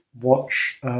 watch